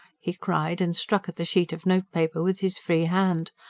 he cried, and struck at the sheet of notepaper with his free hand.